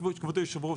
אדוני היושב-ראש,